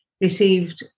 received